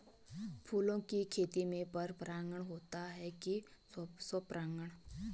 फूलों की खेती में पर परागण होता है कि स्वपरागण?